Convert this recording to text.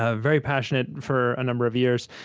ah very passionate, for a number of years,